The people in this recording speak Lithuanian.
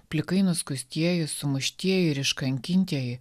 plikai nuskustieji sumuštieji ir iškankintieji